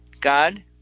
God